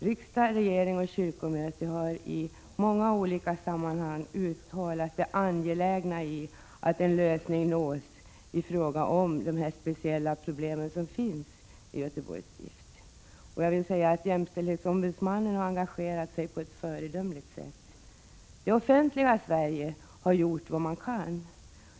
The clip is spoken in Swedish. Riksdag, regering och kyrkomöte har i många olika sammanhang framhållit det angelägna i att en lösning nås när det gäller de speciella problemen i Göteborgs stift. Här har jämställdhetsombudsmannen engagerat sig på ett föredömligt sätt. Det offentliga Sverige har gjort vad det kan.